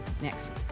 Next